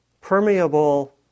permeable